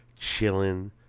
chilling